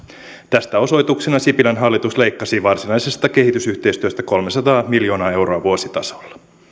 tästä osoituksena sipilän hallitus leikkasi varsinaisesta kehitysyhteistyöstä kolmesataa miljoonaa euroa vuositasolla